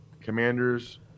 Commanders